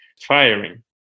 firing